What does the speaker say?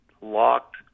locked